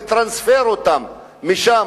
לטרנספר אותם משם,